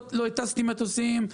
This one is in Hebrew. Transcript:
לא הטסתי מטוסים.